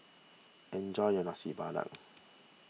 enjoy your Nasi Padang